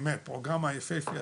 באמת פרוגרמה יפיפייה,